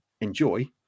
enjoy